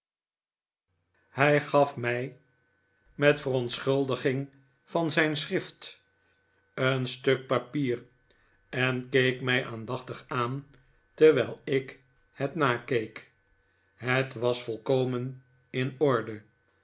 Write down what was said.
hij gaf mij met verontschuldiging van zijn schrift een stuk papier en keek mij aandachtig aan terwijl ik het nakeek het was volkomen in orde